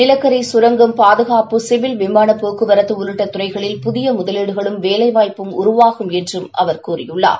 நிலக்கரி சுரங்கம் பாதுகாப்பு சிவில் விமானப் போக்குவரத்து உள்ளிட்ட துறைகளில் புதிய முதலீடுகளும் வேலைவாய்ப்பும் உருவாகும் என்றும் அவர் கூறியுள்ளார்